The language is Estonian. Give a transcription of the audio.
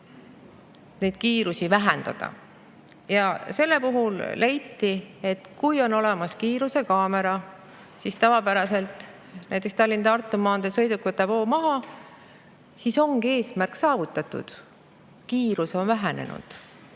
kiirusi vähendada. Sel puhul leiti, et kui on olemas kiirusekaamera, siis tavapäraselt näiteks Tallinna–Tartu maanteel sõiduk võtab hoo maha ja ongi eesmärk saavutatud, kiirus on vähenenud.